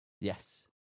Yes